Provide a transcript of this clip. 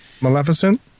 Maleficent